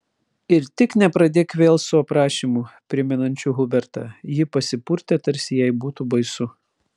ir tik nepradėk vėl su aprašymu primenančiu hubertą ji pasipurtė tarsi jai būtų baisu